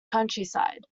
countryside